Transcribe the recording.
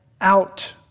out